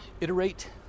iterate